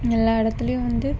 எல்லா இடத்துலயும் வந்து